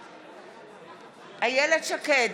בעד איילת שקד,